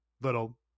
little